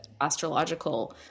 astrological